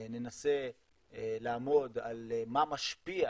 ננסה לעמוד על מה משפיע